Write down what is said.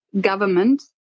government